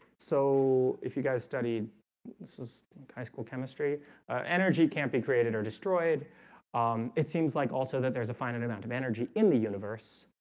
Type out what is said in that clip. so if you guys studied this was high school chemistry energy can't be created or destroyed um it seems like also that there's a finite amount of energy in the universe